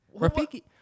Rafiki